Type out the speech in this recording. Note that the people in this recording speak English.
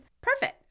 Perfect